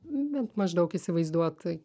bent maždaug įsivaizduot